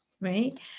right